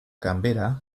ganbera